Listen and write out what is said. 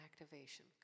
activation